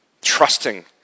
trusting